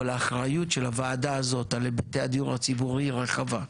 אבל האחריות של הוועדה הזאת על היבטי הדיור הציבורי היא רחבה.